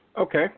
okay